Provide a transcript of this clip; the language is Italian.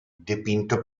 dipinto